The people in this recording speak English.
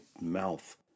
mouth